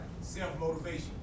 Self-motivation